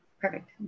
Perfect